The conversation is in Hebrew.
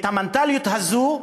המנטליות הזאת,